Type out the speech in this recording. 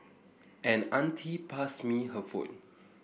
an auntie passed me her phone